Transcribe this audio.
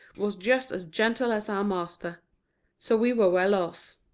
was just as gentle as our master so we were well off.